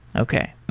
okay.